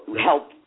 help